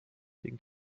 den